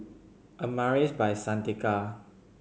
Amaris By Santika